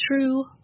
true